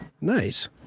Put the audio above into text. nice